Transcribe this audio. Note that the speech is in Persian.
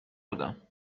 بودم